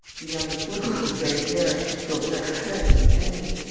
the youngish woman with the gray hair daubrecq's friend and enemy.